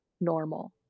normal